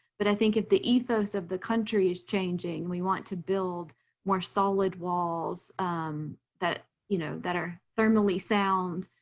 but i think if the ethos of the country is changing, and we want to build more solid walls that you know that are thermally sound,